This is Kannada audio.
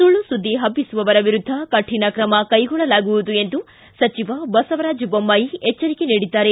ಸುಳ್ಳು ಸುದ್ದಿ ಹಬ್ಬಿಸುವವರ ವಿರುದ್ದ ಕಠಿಣ ಕ್ರಮ ಕೈಗೊಳ್ಳಲಾಗುವುದು ಎಂದು ಸಚಿವ ಬಸವರಾಜ ಬೊಮ್ಬಾಯಿ ಎಚ್ಚರಿಕೆ ನೀಡಿದ್ದಾರೆ